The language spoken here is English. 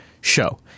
show